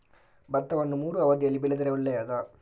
ಭತ್ತವನ್ನು ಮೂರೂ ಅವಧಿಯಲ್ಲಿ ಬೆಳೆದರೆ ಒಳ್ಳೆಯದಾ?